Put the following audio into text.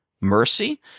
mercy